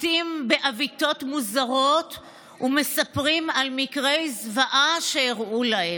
ראינו את תוצאות מבחני הפיז"ה,